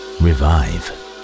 revive